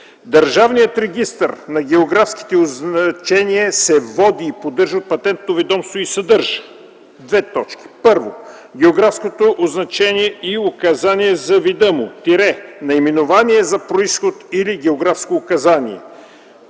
Държавният регистър на географските означения се води и поддържа от Патентното ведомство и съдържа: 1. географското означение и указание за вида му – наименование за произход или географско указание;